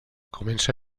comença